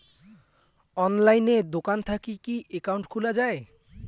অনলাইনে দোকান থাকি কি একাউন্ট খুলা যায়?